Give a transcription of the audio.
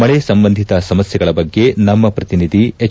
ಮಳೆ ಸಂಬಂಧಿತ ಸಮಸ್ಥೆಗಳ ಬಗ್ಗೆ ನಮ್ಮ ಪ್ರತಿನಿಧಿ ಎಚ್